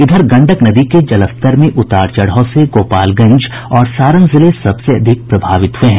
इधर गंडक नदी के जलस्तर में उतार चढ़ाव से गोपालगंज और सारण जिले सबसे अधिक प्रभावित हुए हैं